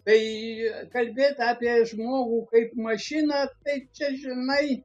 tai kalbėt apie žmogų kaip mašiną tai čia žinai